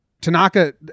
Tanaka